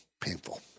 painful